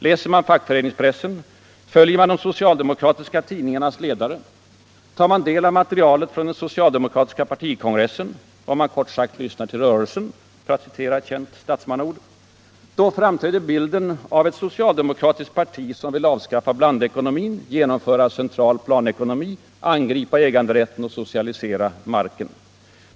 Läser man fackföreningspressen, följer man de socialdemokratiska tidningarnas ledare, tar man del av materialet från den socialdemokratiska partikongressen — om man kort sagt lyssnar till rörelsen, för att citera ett känt statsmannaord — då framträder bilden av ett socialdemokratiskt parti, som vill avskaffa blandekonomin, genomföra central planekonomi, angripa äganderätten och socialisera marken.